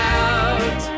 out